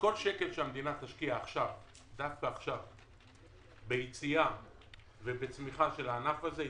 שקל שהמדינה תשקיע עכשיו ביציאה ובצמיחה של הענף הזה,